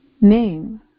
name